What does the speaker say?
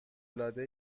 العاده